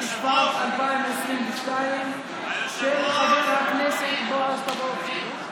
התשפ"ב 2022, של חבר הכנסת בועז טופורובסקי.